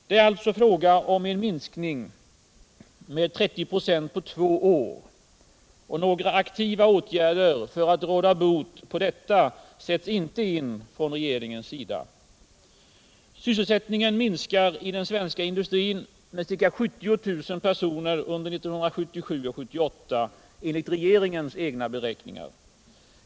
Det är alltså fråga om en minskning med 30 96 på två år. Några aktiva åtgärder för att råda bot på detta sätts inte in från regeringens sida. Sysselsättningen minskar i den svenska industrin med ca 70 000 personer under 1977 och 1978 enligt regeringens egna beräkningar.